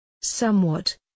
Somewhat